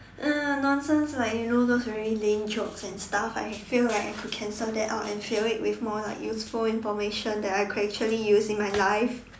uh nonsense like you know those very lame jokes and stuff like I feel like I could cancel that out and fill it with more like useful information that I could actually use in my life